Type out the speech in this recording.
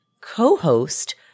co-host